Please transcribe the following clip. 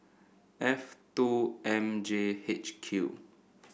F two M J H Q